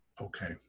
okay